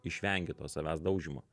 išvengi to savęs daužymo